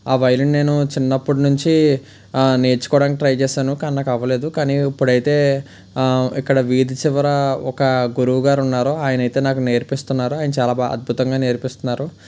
ఆ వైలెన్ నేను చిన్నప్పటి నుంచి నేర్చుకోవడానికి ట్రై చేశాను కానీ నాకు అవలేదు కానీ ఇప్పుడైతే ఇక్కడ వీధి చివర ఒక గురువుగారు ఉన్నారు ఆయన అయితే నాకు నేర్పిస్తున్నారు ఆయన చాలా బాగా అద్భుతంగా నేర్పిస్తున్నారు